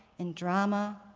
and drama.